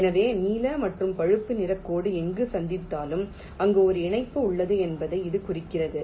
எனவே நீல மற்றும் பழுப்பு நிற கோடு எங்கு சந்தித்தாலும் அங்கு ஒரு இணைப்பு உள்ளது என்பதை இது குறிக்கிறது